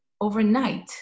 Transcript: overnight